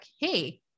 Hey